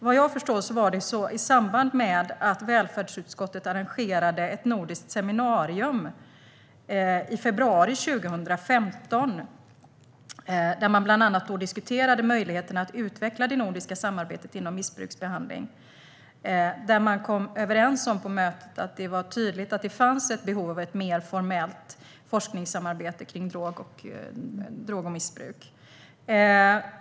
Vad jag förstår var det i samband med att välfärdsutskottet arrangerade ett nordiskt seminarium i februari 2015, där man bland annat diskuterade möjligheten att utveckla det nordiska samarbetet inom missbruksbehandling, som man kom överens om på mötet att det var tydligt att det fanns ett behov av ett mer formellt forskningssamarbete kring droger och missbruk.